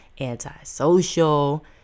antisocial